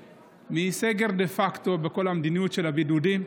מסגר דה פקטו בכל המדיניות של הבידודים.